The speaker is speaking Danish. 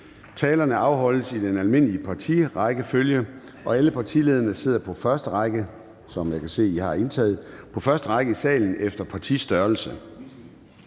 Talerne afholdes i den almindelige partirækkefølge, og alle partilederne sidder på første række, som jeg kan se